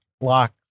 lock